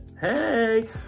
Hey